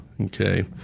Okay